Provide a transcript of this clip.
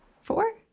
four